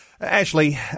Ashley